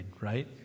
right